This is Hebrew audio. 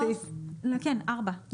(4)